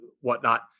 whatnot